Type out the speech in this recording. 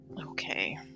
Okay